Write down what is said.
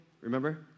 Remember